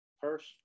first